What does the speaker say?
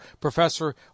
Professor